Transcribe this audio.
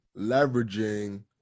leveraging